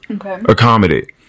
accommodate